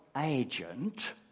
Agent